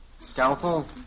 Scalpel